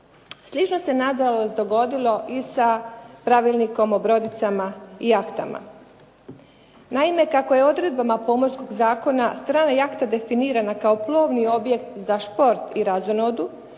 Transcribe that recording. Slično se nažalost dogodilo i sa Pravilnikom o brodicama i jahtama. Naime, kako je odredbama Pomorskog zakona strana jahta definirana kao plovni objekt za šport i razonodu